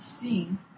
seen